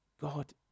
God